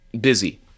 busy